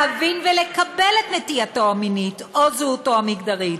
מי שצובע את השיער להבין ולקבל את נטייתו המינית או זהותו המגדרית,